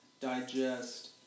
digest